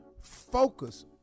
Focus